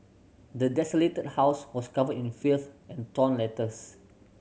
the desolated house was covered in filth and torn letters